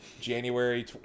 January